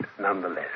nonetheless